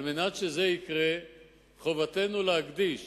על מנת שזה יקרה חובתנו להקדיש,